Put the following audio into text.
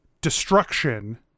destruction